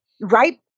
Right